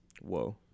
Whoa